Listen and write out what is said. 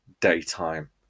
daytime